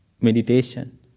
meditation